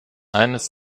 eines